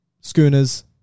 schooners